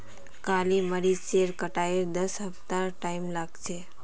काली मरीचेर कटाईत दस हफ्तार टाइम लाग छेक